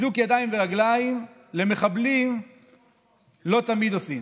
אזוק ידיים ורגליים, למחבלים לא תמיד עושים